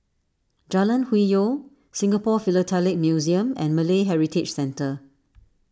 Jalan Hwi Yoh Singapore Philatelic Museum and Malay Heritage Centre